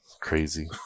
crazy